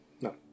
No